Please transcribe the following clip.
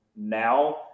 now